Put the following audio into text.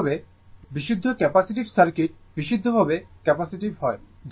একইভাবে বিশুদ্ধ capacitive circuit বিশুদ্ধভাবে ক্যাপাসিটিভ হয়